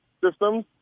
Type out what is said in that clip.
systems